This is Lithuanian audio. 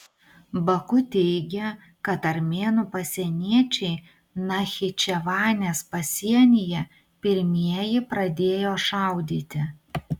baku teigia kad armėnų pasieniečiai nachičevanės pasienyje pirmieji pradėjo šaudyti